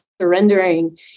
surrendering